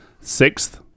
sixth